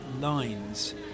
lines